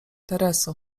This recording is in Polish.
tereso